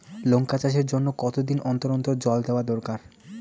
লঙ্কা চাষের জন্যে কতদিন অন্তর অন্তর জল দেওয়া দরকার?